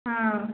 ହଁ